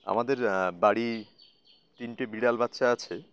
আমাদের বাড়ি তিনটে বিড়াল বাচ্চা আছে